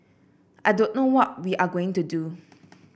I don't know what we are going to do